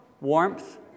Warmth